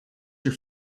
your